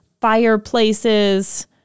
fireplaces